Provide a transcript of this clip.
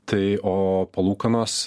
tai o palūkanos